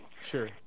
Sure